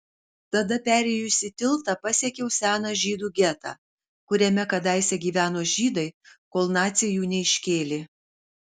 tada perėjusi tiltą pasiekiau seną žydų getą kuriame kadaise gyveno žydai kol naciai jų neiškėlė